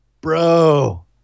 Bro